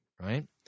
Right